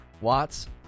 Watts